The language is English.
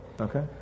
Okay